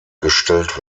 gestellt